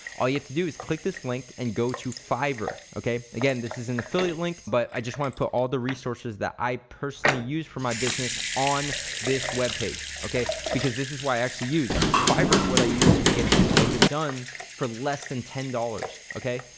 all you have to do is click this link and go to fiver, okay? again, this is an affiliate link but i just wanna put all the resources that i personally use for my business on this web page, okay? because this is what i actually use. fiver's what i use to get this logo done for less than ten dollars okay?